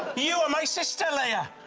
you are my sister, leia!